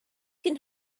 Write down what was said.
can